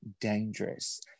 dangerous